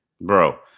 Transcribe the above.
Bro